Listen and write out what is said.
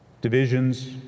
Divisions